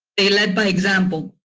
they led by example.